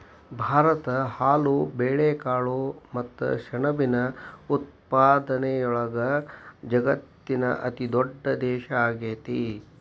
ಭಾರತ ಹಾಲು, ಬೇಳೆಕಾಳು ಮತ್ತ ಸೆಣಬಿನ ಉತ್ಪಾದನೆಯೊಳಗ ವಜಗತ್ತಿನ ಅತಿದೊಡ್ಡ ದೇಶ ಆಗೇತಿ